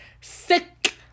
sick